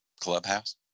clubhouse